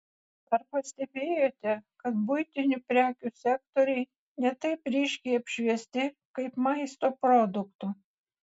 ar pastebėjote kad buitinių prekių sektoriai ne taip ryškiai apšviesti kaip maisto produktų